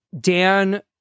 Dan